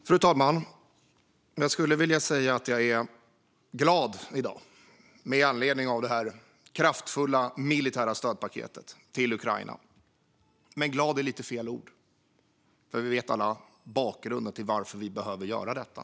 Fru talman! Jag skulle vilja säga att jag är glad i dag, med anledning av det kraftfulla militära stödpaketet till Ukraina. Men glad är lite fel ord eftersom vi alla vet bakgrunden till varför vi behöver göra detta.